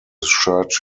church